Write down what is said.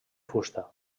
fusta